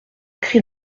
cri